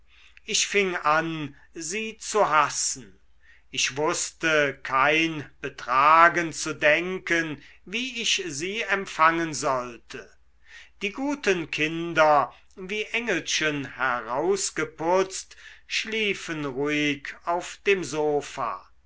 ich fing an sie zu hassen ich wußte kein betragen zu denken wie ich sie empfangen sollte die guten kinder wie engelchen herausgeputzt schliefen ruhig auf dem sofa